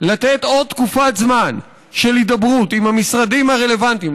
לתת עוד תקופת זמן של הידברות עם המשרדים הרלוונטיים,